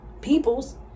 peoples